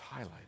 highlighted